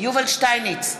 יובל שטייניץ,